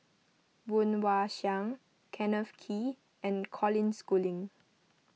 Woon Wah Siang Kenneth Kee and Colin Schooling